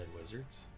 wizards